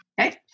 Okay